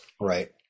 Right